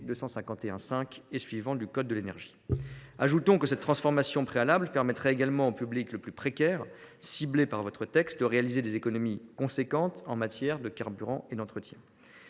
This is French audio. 251 5 et suivants du code de l’énergie. Ajoutons que cette transformation préalable permettrait également au public le plus précaire, ciblé par votre texte, de réaliser des économies considérables en matière de carburant et d’entretien.